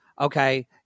Okay